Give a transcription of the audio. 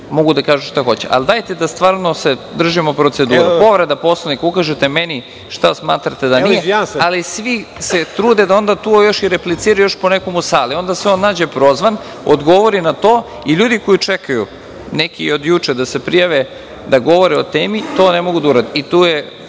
mogu da kažu šta žele, ali dajte da se stvarno držimo procedure. Povredu Poslovnika ukažete meni, šta smatrate. Svi se trude da onda tu još i repliciraju ponekom u sali. Onda se on nađe prozvan, odgovori na to i ljudi koji čekaju, neki od juče, da se prijave da govore o temi, to ne mogu da urade.